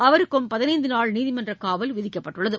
அவருக்கும் பதினைந்து நாள் நீதிமன்றக் காவல் விதிக்கப்பட்டுள்ளது